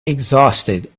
exhausted